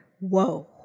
whoa